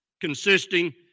consisting